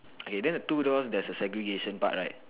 okay then the two doors there's a segregation part right